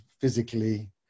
physically